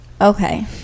okay